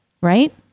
right